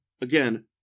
again